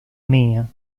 mia